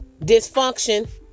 dysfunction